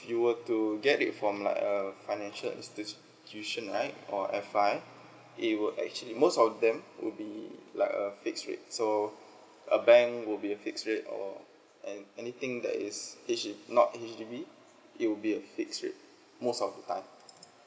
you were to get it from like a financial institution right or F_I it will actually most of them would be like a fixed rate so a bank would be a fixed rate or and anything that is H D not H_D_B it will be fixed rate most of the time